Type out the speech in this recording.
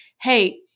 Hey